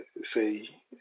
say